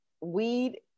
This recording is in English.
weed